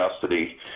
custody